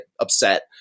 upset